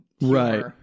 Right